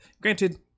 Granted